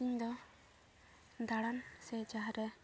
ᱤᱧᱫᱚ ᱫᱟᱬᱟᱱ ᱥᱮ ᱡᱟᱦᱟᱸᱨᱮ